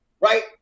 Right